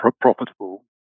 profitable